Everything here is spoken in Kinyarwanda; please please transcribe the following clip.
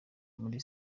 kuri